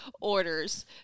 orders